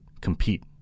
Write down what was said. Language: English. compete